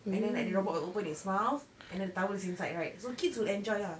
and then like the robot will open its mouth and then the towel is inside right so kids will enjoy ah